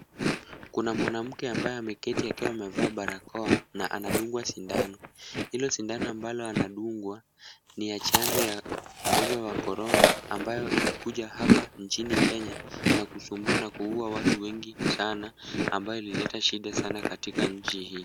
Kuna mwanamke ambaye ameketi akiwa amevaa barakoa, na anadungwa sindano. Hilo sindano ambalo anadungwa ni ya chanjo ya ugonjwa wa korona, ambayo ilikuja hapa nchini Kenya na kusumbua na kuua watu wengi sana, ambayo ilileta shida sana katika nchi hii.